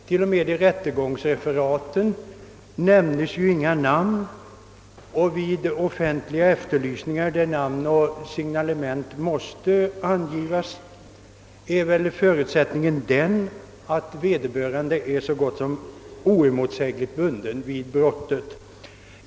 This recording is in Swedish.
Till och med i rättegångsreferaten nämnes ju inga namn, och vid offentliga efterlysningar, då namn och signalement måste angivas, är väl förutsättningen den att vederbörande är så gott som oemotsägligt bunden vid brottet.